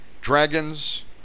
Dragons